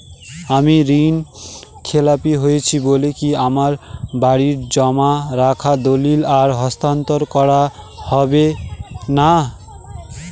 আমার ঋণ খেলাপি হয়েছে বলে কি আমার বাড়ির জমা রাখা দলিল আর হস্তান্তর করা হবে না?